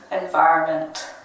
environment